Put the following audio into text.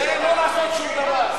זה לא לעשות שום דבר.